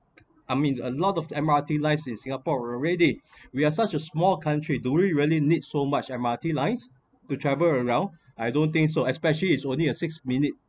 I mean a lot of M_R_T lines in singapore are ready we're such a small country do we really need so much M_R_T lines to travel around I don't think so especially is only a six minute